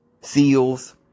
seals